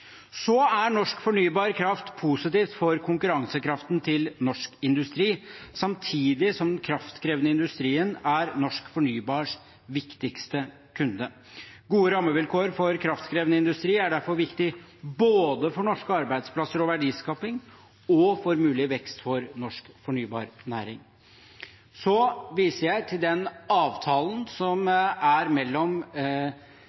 Norsk fornybar kraft er også positivt for konkurransekraften til norsk industri, samtidig som den kraftkrevende industrien er norsk fornybar krafts viktigste kunde. Gode rammevilkår for kraftkrevende industri er derfor viktig både for norske arbeidsplasser og verdiskaping og for mulig vekst for norsk fornybarnæring. Så viser jeg til den avtalen som